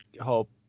Hope